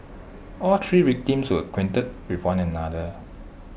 all three victims were acquainted with one another